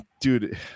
dude